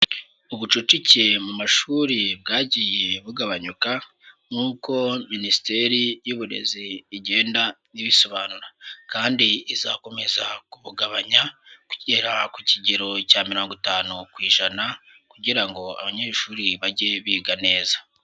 Ubucucike mu mashuri bwagiye bugabanyuka, nk'uko Minisiteri w'Uburezi igenda ibisobanura. Kandi izakomeza kubagabanya, kugera ku kigero cya mirongo itanu ku ijana, kugira ngo abanyeshuri bajye biga neza.